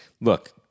Look